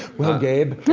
well, gabe?